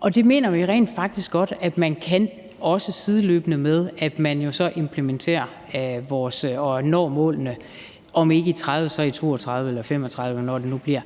og det mener vi rent faktisk godt man kan, også sideløbende med at man så implementerer og når målene, om ikke i 2030, så i 2032 eller 2035, eller hvornår det nu bliver.